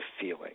feeling